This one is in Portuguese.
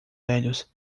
velhos